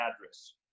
address